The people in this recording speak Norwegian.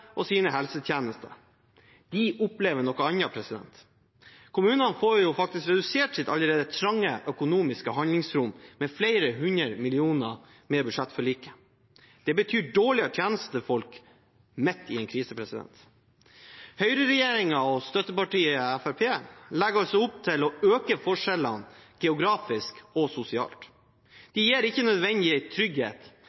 og sine helsetjenester. De opplever noe annet. Kommunene får faktisk redusert sitt allerede trange økonomiske handlingsrom med flere hundre millioner med budsjettforliket. Det betyr dårligere tjenester til folk – midt i en krise. Høyreregjeringen og støttepartiet Fremskrittspartiet legger opp til å øke forskjellene geografisk og sosialt.